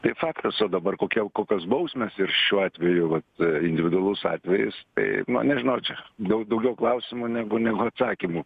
tai faktas o dabar kokia kokias bausmės ir šiuo atveju vat individualus atvejis tai na nežinau gal daugiau klausimų negu negu atsakymų